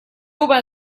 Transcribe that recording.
uva